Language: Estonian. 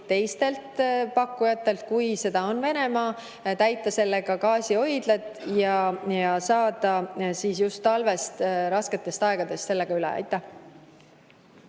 teistelt pakkujatelt, kui seda on Venemaa, täita sellega gaasihoidla ja saada siis talvest, rasketest aegadest selle abil üle.